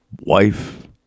wife